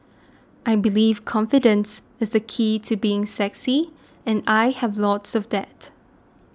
I believe confidence is the key to being sexy and I have loads of that